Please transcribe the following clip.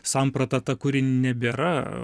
samprata ta kuri nebėra